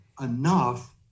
enough